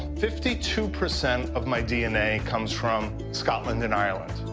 fifty two percent of my dna comes from scotland and ireland.